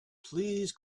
please